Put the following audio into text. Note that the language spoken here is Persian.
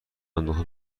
انداخته